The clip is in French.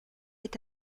est